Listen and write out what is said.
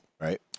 Right